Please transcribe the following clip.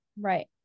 Right